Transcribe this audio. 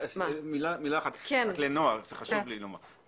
מילה אחת לנועה, חשוב לי לומר.